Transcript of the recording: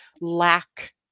lack